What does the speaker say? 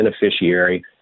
beneficiary